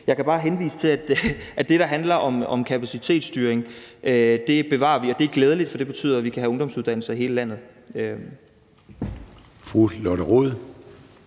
Jeg kan bare henvise til, at det, der handler om kapacitetsstyring, bevarer vi. Og det er glædeligt, for det betyder, at vi kan have ungdomsuddannelser i hele landet.